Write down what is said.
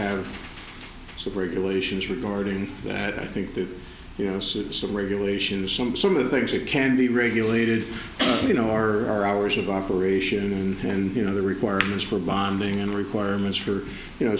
have so very elations regarding that i think that you know suits the regulations some some of the things that can be regulated you know our hours of operation and you know the requirements for bonding and requirements for you know